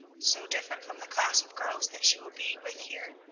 so different from the class of girls that she will be with here,